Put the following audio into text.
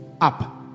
up